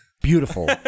beautiful